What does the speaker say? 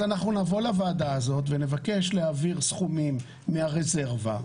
אז נבוא לוועדה הזאת ונבקש להעביר סכומים מהרזרבה,